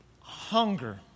hunger